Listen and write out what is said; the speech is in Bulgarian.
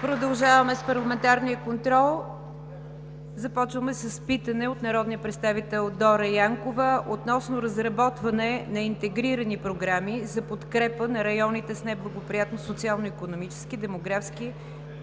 Продължаваме с парламентарния контрол. Започваме с питане от народния представител Дора Янкова относно разработване на интегрирани програми за подкрепа на районите с неблагоприятни социално-икономически, демографски